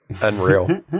unreal